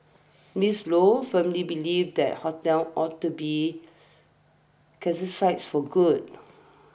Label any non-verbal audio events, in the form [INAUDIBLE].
Mister Lo firmly believes that hotels ought to be [UNINTELLIGIBLE] for good